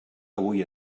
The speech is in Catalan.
avui